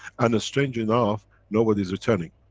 and strange enough nobody is returning.